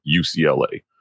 UCLA